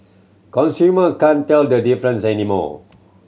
consumer can't tell the difference anymore